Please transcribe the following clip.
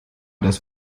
das